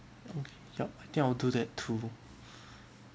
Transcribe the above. okay yup I think I'll do that too